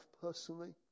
personally